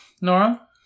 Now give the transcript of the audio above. nora